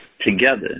together